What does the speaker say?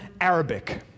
Arabic